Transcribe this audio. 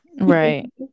right